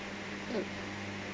mm